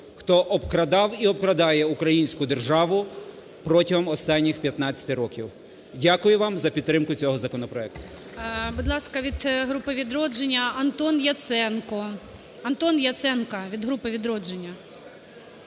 хто обкрадав і обкрадає українську державу протягом останніх 15 років. Дякую вам за підтримку цього законопроекту.